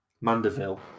Mandeville